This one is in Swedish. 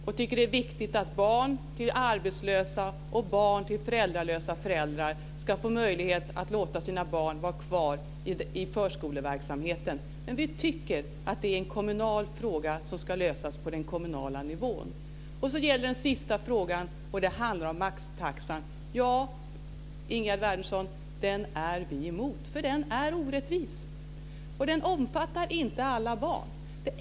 Vi tycker att det är viktigt att arbetslösa och föräldralediga ska få möjlighet att låta sina barn vara kvar i förskoleverksamheten. Dock tycker vi att det är en kommunal fråga som ska lösas på kommunal nivå. Slutligen gäller det maxtaxan. Ja, Ingegerd Wärnersson, den är vi emot, för den är orättvis. Den omfattar inte alla barn.